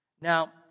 Now